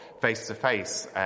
face-to-face